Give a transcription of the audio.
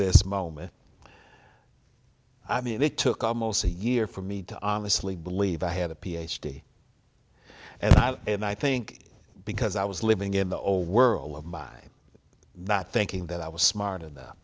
this moment i mean it took almost a year for me to honestly believe i had a ph d and i and i think because i was living in the old world of mine not thinking that i was smart enough